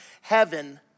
heaven